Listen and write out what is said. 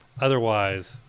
Otherwise